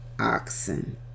oxen